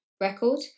record